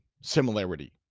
similarity